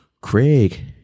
Craig